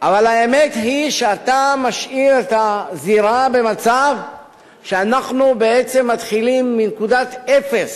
אבל האמת היא שאתה משאיר את הזירה במצב שאנחנו בעצם מתחילים בנקודת אפס,